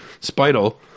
Spital